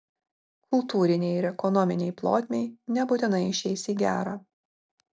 kultūrinei ir ekonominei plotmei nebūtinai išeis į gerą